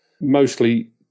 Mostly